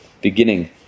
beginning